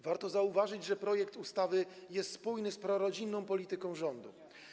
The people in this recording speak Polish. Warto zauważyć, że projekt ustawy jest spójny z prorodzinną polityką rządu.